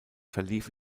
verlief